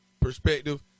perspective